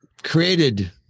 Created